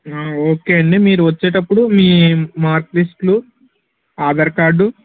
okay అండి మీరు వచ్చేటప్పుడు మీ మార్క్ లిస్ట్లు ఆధార్ కార్డు